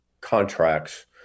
contracts